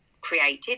created